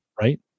Right